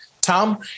Tom